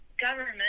government